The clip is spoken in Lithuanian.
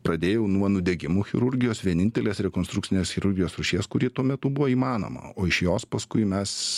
pradėjau nuo nudegimų chirurgijos vienintelės rekonstrukcinės chirurgijos rūšies kuri tuo metu buvo įmanoma o iš jos paskui mes